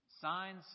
Signs